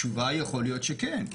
התשובה היא יכול להיות שכן.